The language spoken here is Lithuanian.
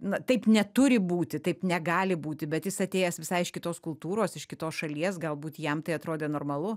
na taip neturi būti taip negali būti bet jis atėjęs visai iš kitos kultūros iš kitos šalies galbūt jam tai atrodė normalu